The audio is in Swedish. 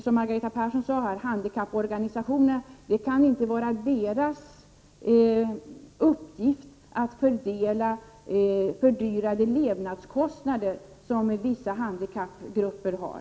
Som Margareta Persson sade kan det inte vara handikapporganisationernas uppgift att fördela kompensation för fördyrade levnadskostnader som vissa handikappgrupper får.